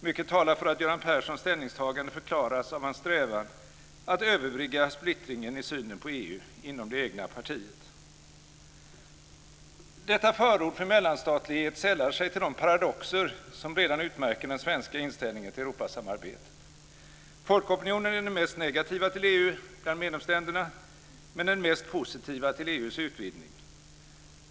Mycket talar för att Göran Perssons ställningstagande förklaras av hans strävan att överbrygga splittringen i synen på Detta förord för mellanstatlighet sällar sig till de paradoxer som redan utmärker den svenska inställningen till Europasamarbetet. Folkopinionen är den mest negativa till EU bland medlemsländerna, men den mest positiva till EU:s utvidgning.